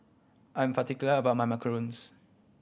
I'm particular about my macarons